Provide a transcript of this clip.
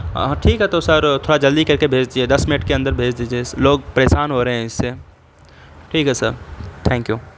ہاں ٹھیک ہے تو سر تھوڑا جلدی کر کے بھیج دیجیے دس منٹ کے اندر بھیج دیجیے لوگ پریشان ہو رہے ہیں اس سے ٹھیک ہے سر تھینک یو